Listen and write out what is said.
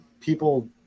people